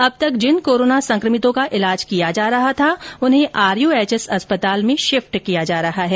अब तक जिन कोरोना संक्रमितों का इलाज किया जा रहा था उन्हें आरयूएसएच अस्पताल में शिफ्ट किया जा रहा है